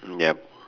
yup